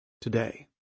today